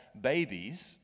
babies